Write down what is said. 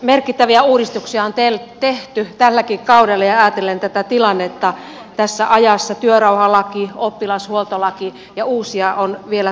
merkittäviä uudistuksia on tehty tälläkin kaudella ajatellen tätä tilannetta tässä ajassa työrauhalaki oppilashuoltolaki ja uusia on vielä tulossa